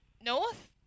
North